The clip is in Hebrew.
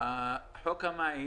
חוק המים